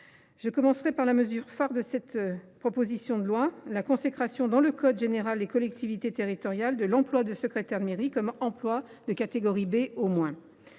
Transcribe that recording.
Je commencerai par la mesure phare de cette proposition de loi : la consécration, dans le code général des collectivités territoriales, de l’emploi de secrétaire de mairie comme un emploi de catégorie B au moins.